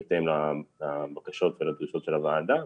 בהתאם לבקשות ולדרישות של הוועדה.